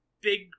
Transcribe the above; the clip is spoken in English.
big